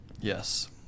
Yes